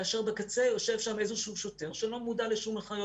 כאשר בקצה יושב שם איזשהו שוטר שלא מודע לשום הנחיות